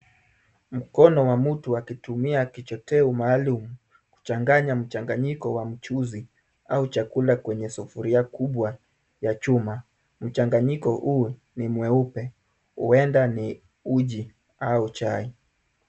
Mkono wa mtu akitumia kichoteo maalumu kuchanganya mchanganyiko wa mchuzi au chakula kwenye sufuria kubwa ya chuma. Mchanganyiko huu ni mweupe huenda ni uji au chai.